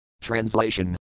Translation